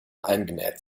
eingenäht